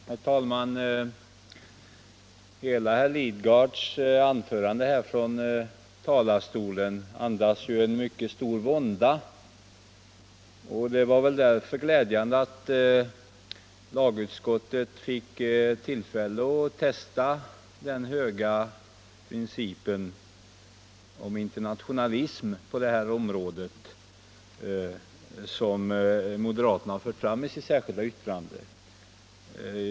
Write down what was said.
Herr talman! Hela herr Lidgards anförande från denna talarstol andades mycket stor vånda, och det var därför glädjande att lagutskottet fick tillfälle att testa den höga princip om internationalism på det här området som moderaterna har fört fram i sitt särskilda yttrande.